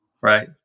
right